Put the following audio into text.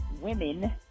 women